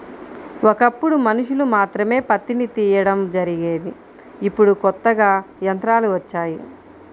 ఒకప్పుడు మనుషులు మాత్రమే పత్తిని తీయడం జరిగేది ఇప్పుడు కొత్తగా యంత్రాలు వచ్చాయి